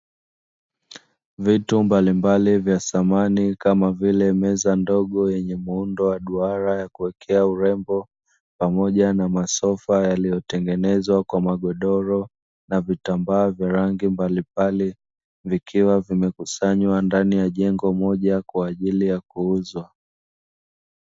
Vitu mbalimbali vya samani, kama vile meza ndogo yenye muundo wa duara ya kuwekea urembo pamoja na masofa yaliyotengenezwa kwa magodoro na vitambaa vya rangi mbalimbali, vikiwa vimekusanywa ndani ya jengo moja kwa ajili ya kuuzwa.